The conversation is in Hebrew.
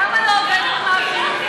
למה לא עובד ומעביד?